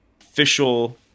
official